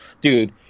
dude